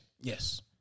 yes